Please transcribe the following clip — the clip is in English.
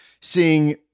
seeing